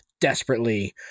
desperately